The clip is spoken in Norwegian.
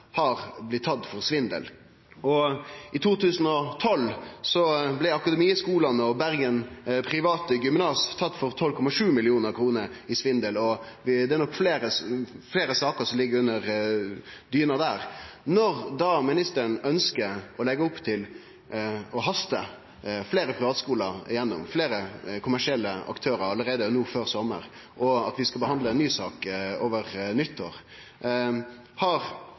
har blitt tatt for svindel. I 2012 blei Akademiet-skolane og Bergen Private Gymnas tatt for svindel av 12,7 mill. kr, og det er nok fleire saker som ligg under dyna. Når ministeren ønskjer å leggje opp til å haste igjennom fleire privatskolar, fleire kommersielle aktørar, allereie no før sommaren, og vi skal behandle ei ny sak over nyttår, har